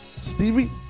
Stevie